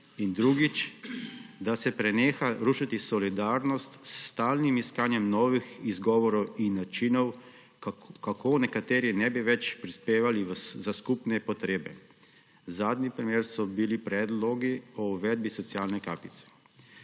drugič, da se preneha rušiti solidarnost s stalnim iskanjem novih izgovorov in načinov, kako nekateri ne bi več prispevali za skupne potrebe. Zadnji primer so bili predlogi o uvedbi socialne kapice.